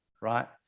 right